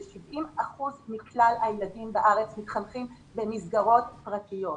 אלה 70 אחוזים מכלל הילדים בארץ שמתחנכים במסגרות פרטיות,